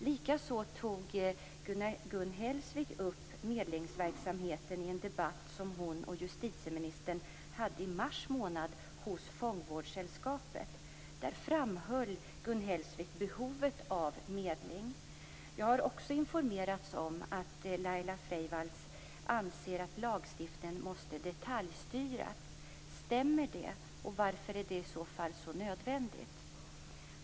Likaså tog Gun Hellsvik upp medlingsverksamheten i en debatt som hon och justitieministern hade i mars månad hos Fångvårdssällskapet. Där framhöll Jag har också informerats om att Laila Freivalds anser att lagstiftningen måste detaljstyras. Stämmer det, och varför är det i så fall så nödvändigt?